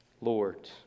Lord